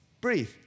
breathe